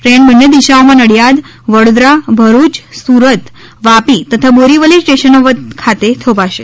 train બંન્ને દિશાઓમાં નડિયાદ વડોદરા ભરૂચ સુરત વાપી તથા બોરીવલી સ્ટેશનો ખાતે થોભશે